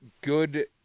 good